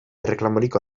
erreklamorik